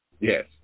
Yes